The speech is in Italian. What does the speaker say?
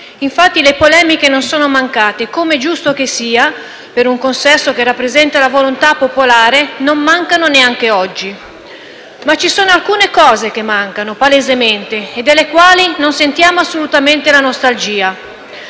Infatti le polemiche non sono mancate, e come è giusto che sia per un consesso che rappresenta la volontà popolare, non mancano neanche oggi. Ci sono però alcune cose che mancano, palesemente, e delle quali non sentiamo assolutamente la nostalgia: